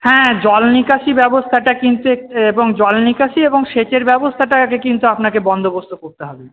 হ্যাঁ জল নিকাশি ব্যবস্থাটা কিন্তু এবং জল নিকাশি এবং সেচের ব্যবস্থাটা আগে কিন্তু আপনাকে বন্দোবস্ত করতে হবে